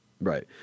Right